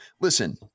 Listen